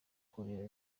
kurira